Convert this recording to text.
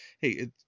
hey